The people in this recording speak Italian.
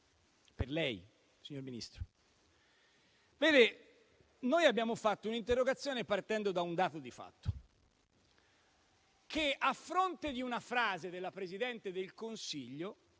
Noi abbiamo presentato un'interrogazione partendo da un dato di fatto: a fronte di una frase della Presidente del Consiglio,